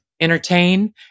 entertain